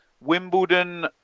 Wimbledon